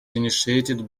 initiated